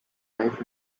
life